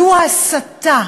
זו הסטה,